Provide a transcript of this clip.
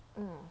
mm